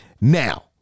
Now